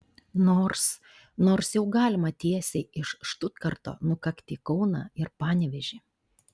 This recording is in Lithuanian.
nors nors jau galima tiesiai iš štutgarto nukakti į kauną ir panevėžį